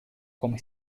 come